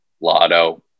Lotto